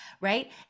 right